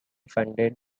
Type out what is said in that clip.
funded